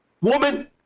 Woman